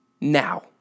now